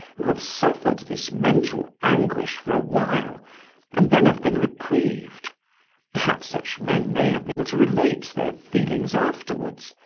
who have suffered this mental anguish for a while and then have been reprieved perhaps such men may have been able to relate their feelings afterwards.